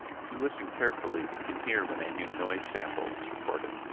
if you listen carefully you can hear when a new noise sample is recorded.